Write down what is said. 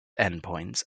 endpoints